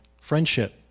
friendship